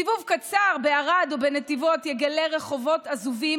סיבוב קצר בערד או בנתיבות יגלה רחובות עזובים,